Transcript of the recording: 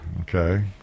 Okay